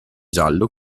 giallo